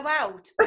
out